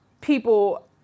people